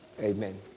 Amen